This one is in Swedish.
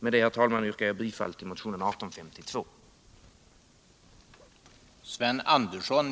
Med det anförda, herr talman, yrkar jag bifall till motionen 1852.